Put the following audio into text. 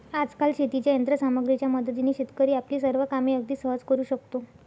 आजकाल शेतीच्या यंत्र सामग्रीच्या मदतीने शेतकरी आपली सर्व कामे अगदी सहज करू शकतो